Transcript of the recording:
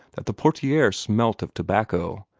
that the portiere smelt of tobacco,